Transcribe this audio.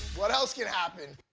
what else can happen?